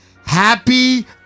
Happy